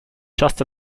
just